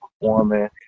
performing